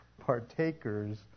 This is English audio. partakers